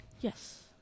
Yes